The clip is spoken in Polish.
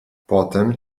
potem